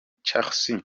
chelsea